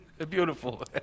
Beautiful